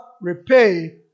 repay